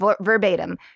verbatim